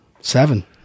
Seven